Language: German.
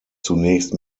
zunächst